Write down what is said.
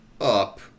up